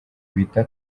bita